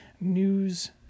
news